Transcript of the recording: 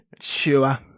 Sure